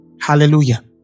Hallelujah